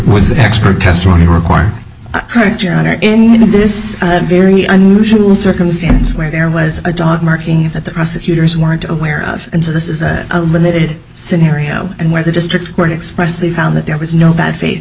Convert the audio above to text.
was expert testimony required of this very unusual circumstance where there was a dog marking that the prosecutors weren't aware of and so this is a limited scenario and where the district court expressed they found that there was no bad fa